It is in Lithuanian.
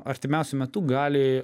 artimiausiu metu gali